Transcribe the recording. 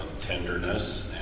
tenderness